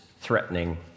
threatening